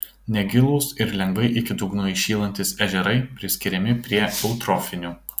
negilūs ir lengvai iki dugno įšylantys ežerai priskiriami prie eutrofinių